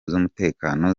z’umutekano